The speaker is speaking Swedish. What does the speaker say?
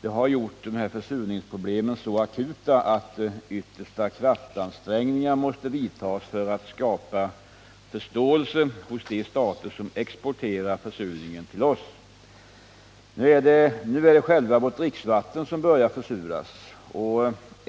det har gjort försurningsproblemen så akuta, att de yttersta kraftansträngningar måste vidtas för att skapa förståelse hos de stater som exporterar försurningen till oss. Nu är det vårt dricksvatten som börjar försuras.